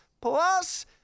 plus